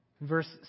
Verse